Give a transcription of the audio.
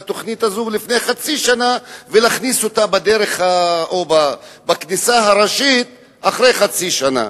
התוכנית הזאת לפני חצי שנה ולהכניס אותה בכניסה הראשית אחרי חצי שנה?